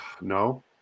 no